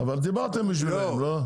אבל דיברתם בשבילם, לא?